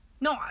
no